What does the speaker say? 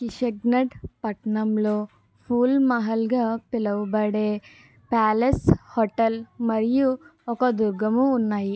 కిషన్గడ్ పట్టణంలో ఫూల్ మహల్గా పిలువబడే ప్యాలెస్ హోటల్ మరియు ఒక దుర్గము ఉన్నాయి